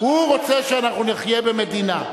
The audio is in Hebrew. הוא רוצה שאנחנו נחיה במדינה.